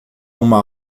uma